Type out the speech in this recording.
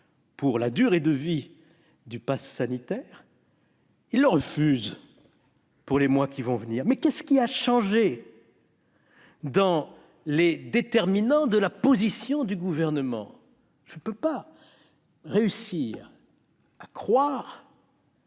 pour la durée de vie du passe sanitaire, il le refuse pour les mois à venir. Qu'est-ce qui a donc changé dans les déterminants de la position du Gouvernement ? Je ne parviens pas à croire